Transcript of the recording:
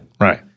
Right